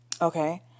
Okay